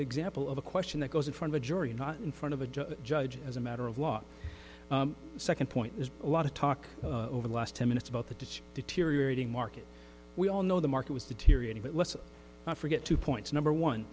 example of a question that goes in front of a jury not in front of a judge as a matter of law second point is a lot of talk over the last ten minutes about the deteriorating market we all know the market was deteriorating but let's not forget two points number one